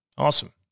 Awesome